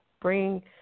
bring